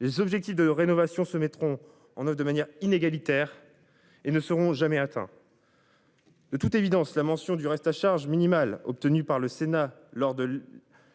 Les objectifs de rénovation se mettront en de manière inégalitaire. Et ne seront jamais atteints. De toute évidence la mention du reste à charge minimale obtenue par le Sénat lors de.